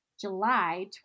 July